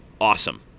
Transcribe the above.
awesome